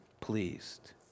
pleased